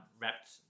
wrapped